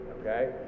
Okay